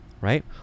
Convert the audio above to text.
right